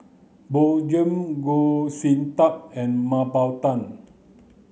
Bjorn Shen Goh Sin Tub and Mah Bow Tan